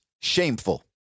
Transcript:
shameful